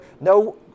no